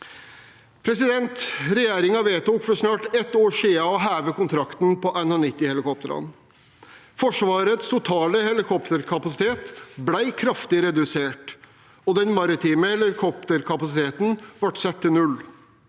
råvarer. Regjeringen vedtok for snart et år siden å heve kontrakten på NH90-helikoptrene. Forsvarets totale helikopterkapasitet ble kraftig redusert, og den maritime helikopterkapasiteten ble satt til null.